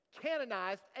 canonized